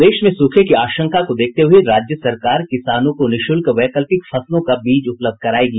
प्रदेश में सूखे की आशंका को देखते हुए राज्य सरकार किसानों को निःशुल्क वैकल्पिक फसलों का बीज उपलब्ध करवायेगी